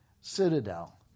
Citadel